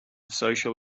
social